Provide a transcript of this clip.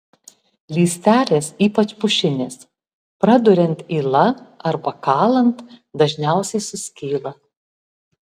lystelės ypač pušinės praduriant yla arba kalant dažniausiai suskyla